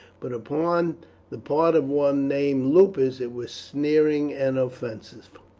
but upon the part of one named lupus it was sneering and offensive.